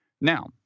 Now